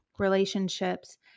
relationships